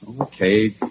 Okay